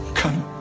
come